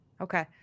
Okay